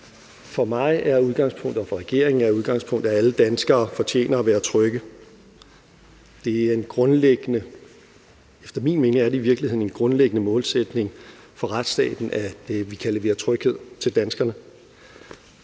regeringen er udgangspunktet, at alle danskere fortjener at være trygge. Efter min mening er det i virkeligheden en grundliggende målsætning for retsstaten, at vi kan levere tryghed til danskerne.